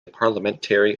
parliamentary